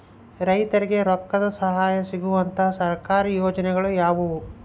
ರೈತರಿಗೆ ರೊಕ್ಕದ ಸಹಾಯ ಸಿಗುವಂತಹ ಸರ್ಕಾರಿ ಯೋಜನೆಗಳು ಯಾವುವು?